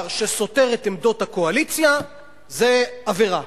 שסותר את עמדות הקואליציה זה עבירה.